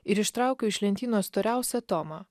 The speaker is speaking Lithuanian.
ir ištraukiau iš lentynos storiausią tomą